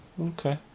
Okay